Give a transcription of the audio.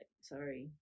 sorry